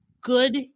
good